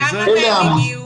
כמה מהם הגיעו?